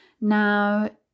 now